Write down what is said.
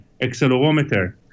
accelerometer